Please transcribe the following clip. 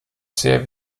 sehr